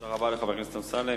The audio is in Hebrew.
תודה רבה לחבר הכנסת אמסלם.